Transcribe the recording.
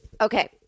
Okay